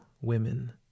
women